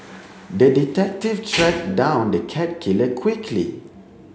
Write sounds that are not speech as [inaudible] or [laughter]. the detective [noise] tracked down the cat killer quickly